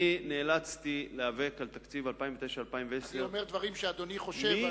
אני נאלצתי להיאבק על תקציב 2009 2010. אני אומר דברים שאדוני חושב,